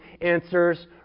answers